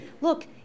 look